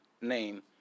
name